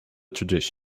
tradition